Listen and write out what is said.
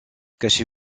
cachez